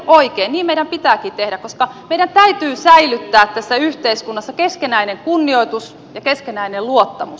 niin meidän pitääkin tehdä koska meidän täytyy säilyttää tässä yhteiskunnassa keskinäinen kunnioitus ja keskinäinen luottamus